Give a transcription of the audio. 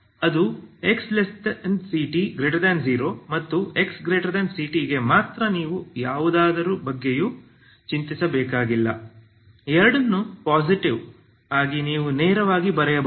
ಅದು 0xct ಮತ್ತು xct ಗೆ ಮಾತ್ರ ನೀವು ಯಾವುದರ ಬಗ್ಗೆಯೂ ಚಿಂತಿಸಬೇಕಾಗಿಲ್ಲ ಎರಡನ್ನೂ ಪಾಸಿಟಿವ್ ಆಗಿ ನೀವು ನೇರವಾಗಿ ಬರೆಯಬಹುದು